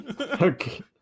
okay